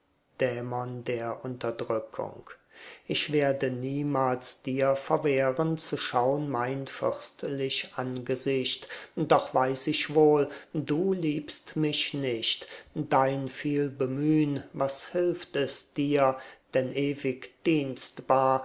dämon der unterdrückung ich werde niemals dir verwehren zu schaun mein fürstlich angesicht doch weiß ich wohl du liebst mich nicht dein vielbemühn was hilft es dir denn ewig dienstbar